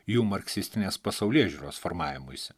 jų marksistinės pasaulėžiūros formavimuisi